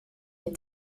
les